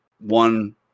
one